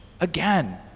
Again